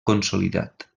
consolidat